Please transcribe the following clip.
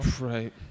Right